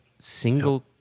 single